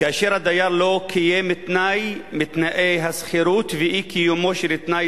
כאשר הדייר לא קיים תנאי מתנאי השכירות ואי-קיומו של תנאי